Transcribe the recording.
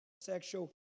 sexual